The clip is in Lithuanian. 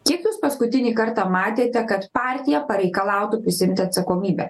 kiek jūs paskutinį kartą matėte kad partija pareikalautų prisiimti atsakomybę